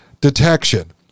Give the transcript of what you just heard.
detection